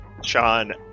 sean